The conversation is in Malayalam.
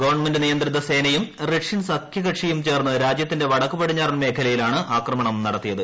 ഗവൺമെന്റ് നിയന്ത്രിത സേനയും റഷ്യൻ സഖ്യകക്ഷിയും ചേർന്ന് രാജ്യത്തിന്റെ വടക്കുപടിഞ്ഞാറൻ മേഖലയിലാണ് ആക്രമണം നടത്തിയത്